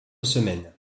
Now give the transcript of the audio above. semaines